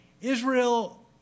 Israel